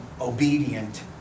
obedient